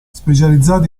specializzato